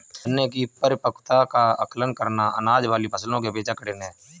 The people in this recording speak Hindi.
गन्ने की परिपक्वता का आंकलन करना, अनाज वाली फसलों की अपेक्षा कठिन है